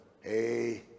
hey